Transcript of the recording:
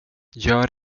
gör